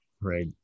right